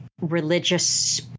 religious